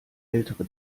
ältere